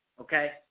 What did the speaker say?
okay